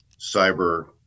cyber